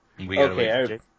Okay